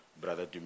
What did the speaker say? brother